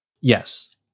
Yes